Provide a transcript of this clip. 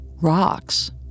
rocks